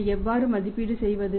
அதை எவ்வாறு மதிப்பீடு செய்வது